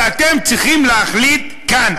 ואתם צריכים להחליט כאן,